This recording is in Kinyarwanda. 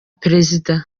perezida